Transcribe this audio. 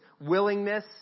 willingness